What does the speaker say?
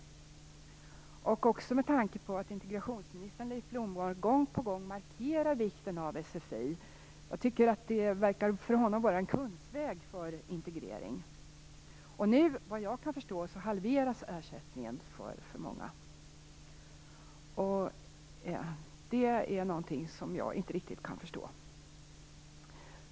Detta gäller också med tanke på att integrationsminister Leif Blomberg gång på gång markerat sfi:s betydelse. För honom verkar sfi vara en kungsväg för integrering. Nu halveras alltså ersättningen för många, och det är något som jag inte riktigt kan förstå.